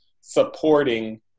supporting